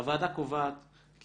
הוועדה קובעת כי